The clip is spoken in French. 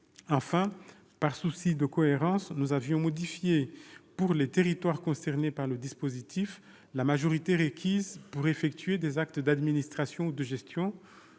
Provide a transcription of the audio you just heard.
Enfin, par souci de cohérence, nous avions modifié, pour les territoires concernés par le dispositif, la majorité requise pour effectuer des actes d'administration ou de gestion,